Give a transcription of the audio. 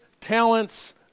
talents